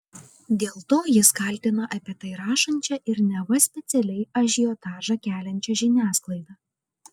dėl to jis kaltina apie tai rašančią ir neva specialiai ažiotažą keliančią žiniasklaidą